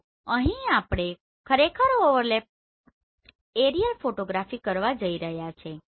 તો અહીં આપણે ખરેખર ઓવરલેપ એરિયલ ફોટોગ્રાફી કરવા જઈ રહ્યા છીએ